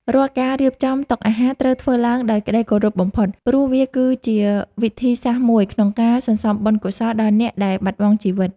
រាល់ការរៀបចំតុអាហារត្រូវធ្វើឡើងដោយក្ដីគោរពបំផុត ព្រោះ វាក៏ជាវិធីសាស្ត្រមួយក្នុងការសន្សំបុណ្យកុសលដល់អ្នកដែលបាត់បង់ជីវិត។